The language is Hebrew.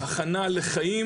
הכנה לחיים,